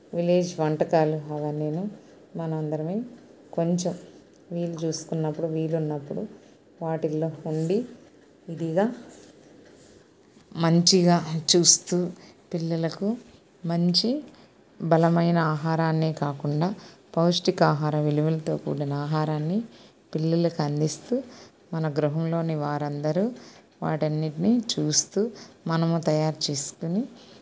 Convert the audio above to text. village వంటకాలు అవన్నీను మనందరిమీ కొంచెం వీలు చూసుకున్నప్పుడు వీలున్నప్పుడు వాటిల్లో ఉండి విధిగా మంచిగా చూస్తూ పిల్లలకు మంచి బలమైన ఆహారాన్నే కాకుండా పౌష్టిక ఆహార విలువలతో కూడిన ఆహారాన్ని పిల్లలకందిస్తూ మన గృహంలోని వారందరూ వాటన్నిటిని చూస్తూ మనము తయారు చేసుకొని